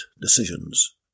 decisions